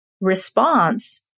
response